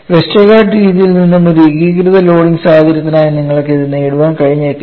Westergaard രീതിയിൽ നിന്നും ഒരു ഏകീകൃത ലോഡിംഗ് സാഹചര്യത്തിനായി നിങ്ങൾക്ക് ഇത് നേടാൻ കഴിഞ്ഞേക്കില്ല